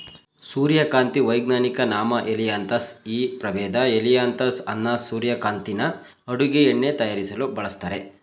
ಸೂರ್ಯಕಾಂತಿ ವೈಜ್ಞಾನಿಕ ನಾಮ ಹೆಲಿಯಾಂತಸ್ ಈ ಪ್ರಭೇದ ಹೆಲಿಯಾಂತಸ್ ಅನ್ನಸ್ ಸೂರ್ಯಕಾಂತಿನ ಅಡುಗೆ ಎಣ್ಣೆ ತಯಾರಿಸಲು ಬಳಸ್ತರೆ